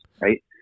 right